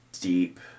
deep